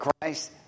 Christ